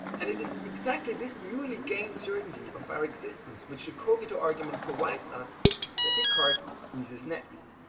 and it is exactly this newly gained certainty of our existence which the cogito argument provides us that descartes squeezes next.